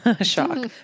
Shock